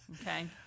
Okay